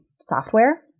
software